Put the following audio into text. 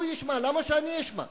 שהוא ישמע, למה שאני אשמע?